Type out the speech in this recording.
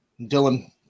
Dylan